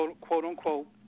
quote-unquote